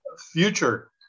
future